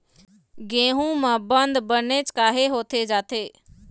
गेहूं म बंद बनेच काहे होथे जाथे?